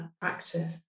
practice